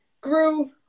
grew